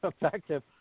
effective